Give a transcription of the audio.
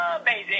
amazing